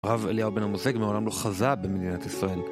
אוהב אליהו בן המוסיק, מעולם לא חזה במדינת ישראל